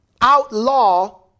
outlaw